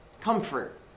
comfort